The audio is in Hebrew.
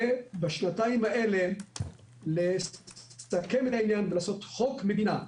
ובשנתיים האלה לסכם את העניין ולעשות חוק מדינה.